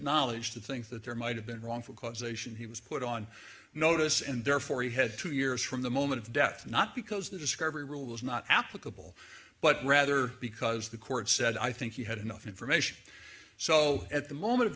knowledge to think that there might have been wrongful causation he was put on notice and therefore he had two years from the moment of death not because the discovery rule was not applicable but rather because the court said i think he had enough information so at the moment of